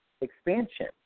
expansion